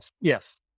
yes